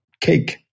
cake